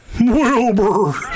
Wilbur